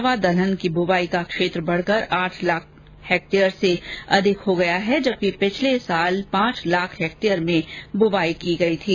इसके अलावा दलहन की बुआई का क्षेत्र बढकर आठ लाख हेक्टेयर से अधिक हो गया है जबकि पिछले साल पांच लाख हेक्टेयर में बुआई की गई थी